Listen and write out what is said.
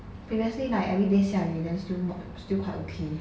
previously like everyday 下雨 then still not still quite okay